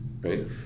right